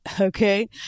Okay